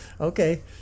okay